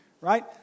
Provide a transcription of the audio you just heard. right